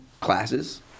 classes